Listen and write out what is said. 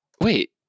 wait